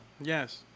yes